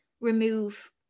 remove